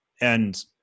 And-